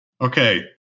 Okay